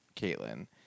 Caitlyn